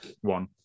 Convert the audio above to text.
one